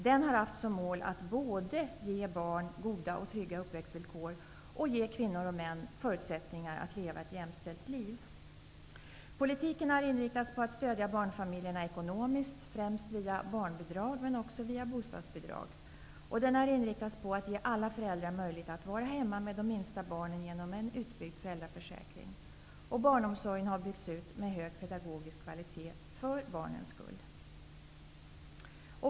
Den har haft som mål att både ge barn goda och trygga uppväxtvillkor och ge kvinnor och män förutsättningar att leva ett jämställt liv. Politiken har inriktats på att stödja barnfamiljerna ekonomiskt, främst via barnbidrag men också via bostadsbidrag. Den har inriktats på att ge alla föräldrar möjlighet att vara hemma med de minsta barnen genom en utbyggd föräldraförsäkring. Barnomsorgen har byggts ut med hög pedagogisk kvalitet för barnens skull.